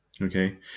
Okay